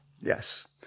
Yes